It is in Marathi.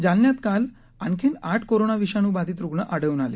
जालन्यात काल आणखी आठ कोरोना विषाणू बाधित रुग्ण आढळून आले